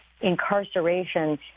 incarceration